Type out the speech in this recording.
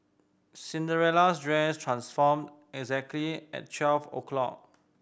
Cinderella's dress transformed exactly at twelve o'clock